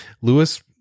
Lewis